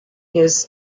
his